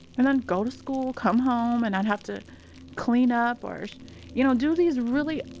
and i'd go to school, come home, and i'd have to clean up or so you know do these really